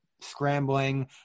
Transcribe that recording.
scrambling